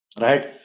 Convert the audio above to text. right